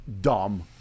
dumb